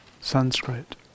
Sanskrit